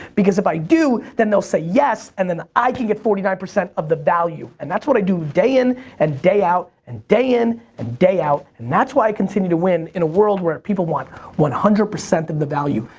because if i do, then they'll say yes and then i can get forty nine percent of the value, and that's what i do, day in and day out, and day in and day out. and that's why i continue to win in a world where people want one hundred percent of the value.